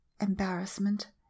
embarrassment